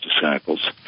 disciples